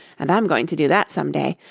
and i'm going to do that some day.